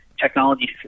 technology